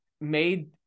made